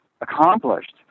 accomplished